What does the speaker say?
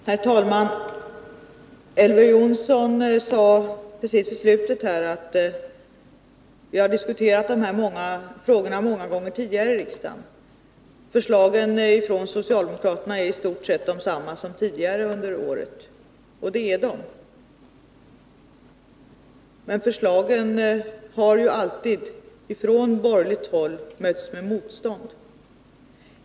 Herr talman! Elver Jonsson sade precis i slutet av sitt anförande att vi har diskuterat de här frågorna många gånger tidigare i riksdagen och att förslagen från socialdemokraternaii stort sett är de samma som tidigare under åren. Ja, det är de — men förslagen har ju alltid ifrån borgerligt håll mötts med motstånd.